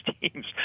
teams